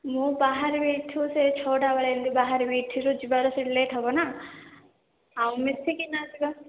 ମୁଁ ବାହାରିବି ଏଇଠୁ ସେହି ଛଅଟା ବେଳେ ଏମିତି ବାହାରିବି ଏଇଠିରୁ ଯିବାର ସେଇଠି ଲେଟ୍ ହେବନା ଆଉ ମିଶିକିନା ଯିବା